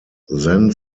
then